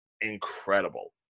incredible